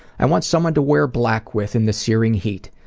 i want someone to wear black with in the searing heat,